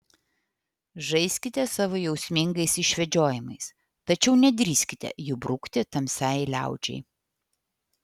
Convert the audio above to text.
žaiskite savo jausmingais išvedžiojimais tačiau nedrįskite jų brukti tamsiai liaudžiai